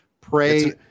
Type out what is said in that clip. pray